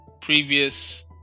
previous